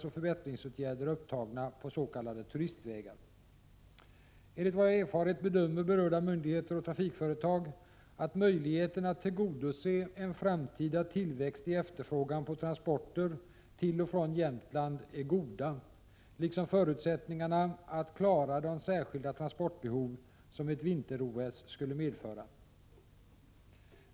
och förbättringsåtgärder upptagna på s.k. turistvägar. Enligt vad jag har erfarit bedömer berörda myndigheter och trafikföretag att möjligheterna att tillgodose en framtida tillväxt i efterfrågan på transporter till och från Jämtland är goda, liksom förutsättningarna att klara de särskilda transportbehov som ett vinter-OS skulle medföra.